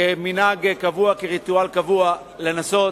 כמנהג קבוע, כריטואל קבוע, לנסות